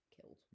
killed